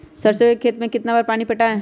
सरसों के खेत मे कितना बार पानी पटाये?